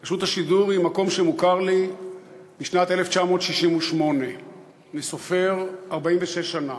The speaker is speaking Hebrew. רשות השידור היא מקום שמוכר לי משנת 1968. אני סופר 46 שנה.